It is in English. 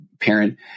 parent